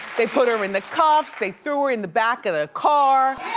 they put her in the cuffs, they threw her in the back of the car.